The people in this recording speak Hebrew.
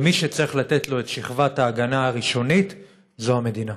ומי שצריך לתת לו את שכבת ההגנה הראשונית זה המדינה.